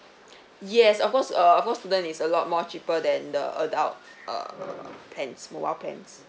yes of course uh of course student is a lot more cheaper than the adult uh plans mobile plans